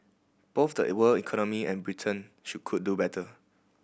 both the world economy and Britain should could do better